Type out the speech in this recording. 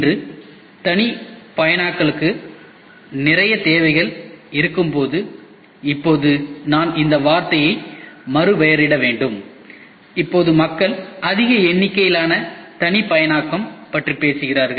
இன்று தனிப்பயனாக்கலுக்கு நிறைய தேவைகள் இருக்கும்போது இப்போது நான் இந்த வார்த்தையை மறுபெயரிட வேண்டும் இப்போது மக்கள் அதிக எண்ணிக்கையிலான தனிப்பயனாக்கம் பற்றி பேசுகிறார்கள்